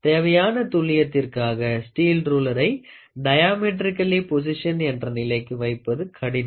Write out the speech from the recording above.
தேவையான துல்லியதிற்காக ஸ்டீல் ருளேரை டியாமெட்ரிக்கல்லி பொசிஷன்ட் என்ற நிலைக்கு வைப்பது கடினம்